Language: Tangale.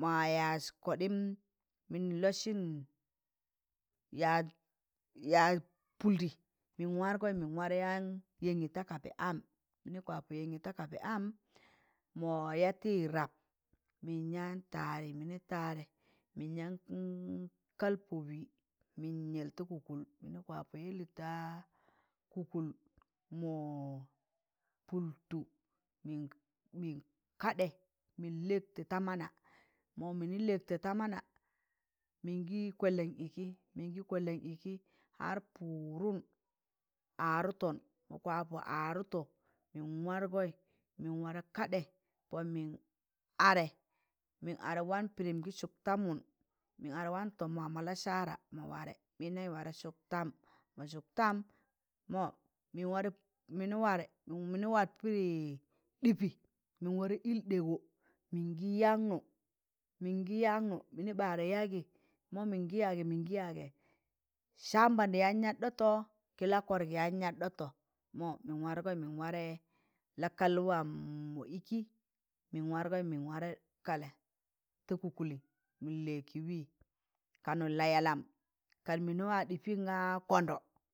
ma yaaz kọɗịm mịn lọsịn yaa- yaaz pụldị, mịn wargọn mịn yaan yẹngị ta kabẹ am mịnị kwa pọ yẹngị ta kabẹ am ma ya tị rap, mịn yaan taarị, mịnị kwa'pọ taarị, mịnị taarẹ mịn yaan kaị mịn yẹl ta kụkụl mịnị kwapọ yẹlị ta kụkụl pụltụtọ ma pụltụtọ mịn, mịn kadẹ mịn lẹkụt ta mana mịn gị kwẹldan ịkị, mịn gị kwẹldan ịkị har pụụdụm aarụtọn ma kwa'pẹ aarụtọ, mịn wargọ mịn warẹ kadẹ pọn mịn adẹ mịn adẹ wan pịdịm gị sụk tamụn tọm waamọ lasaara pịndan warẹ sụktamụn, ma sụktọm, mọ mịnị wat pịdị ɗịpị ɗịpị mịn at ɗẹgọ mịn gị yagnụl, mịnị ɓaadẹ yagị mọ sambandị yaan yat ɗọtọ, kị lakọrgị yaan yat ɗọtọ kị la kọrgị yaan yat ɗọtọ mọ mịn waranị mọn warẹ la kal waam mọ ịkị, mịn wargọị mịn wa kalẹ ta kụkụli mịn lịyẹ kị wịị, kanụ la yalam, kan mịni wa ɗipin ga kọndọ